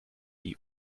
die